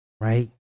right